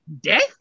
death